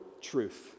truth